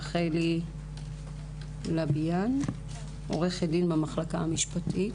עורכת הדין רחלי לאביאן מהמחלקה המשפטית.